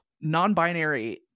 non-binary